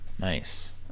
Nice